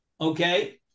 Okay